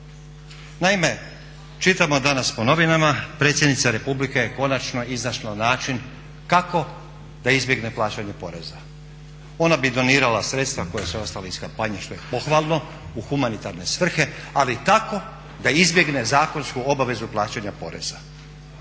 Naime, čitamo danas po novinama, predsjednika Republike je konačno iznašla način kako da izbjegne plaćanje poreza. Ona bi donirala sredstva koja su ostala iz kampanje što je pohvalno u humanitarne svrhe, ali tako da izbjegne zakonsku obavezu plaćanja poreza.